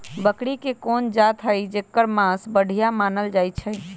बकरी के कोन जात हई जेकर मास बढ़िया मानल जाई छई?